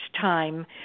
time